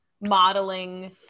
modeling